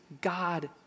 God